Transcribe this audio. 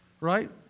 right